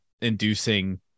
inducing